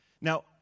Now